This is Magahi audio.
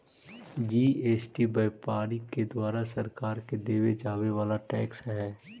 जी.एस.टी व्यापारि के द्वारा सरकार के देवे जावे वाला टैक्स हई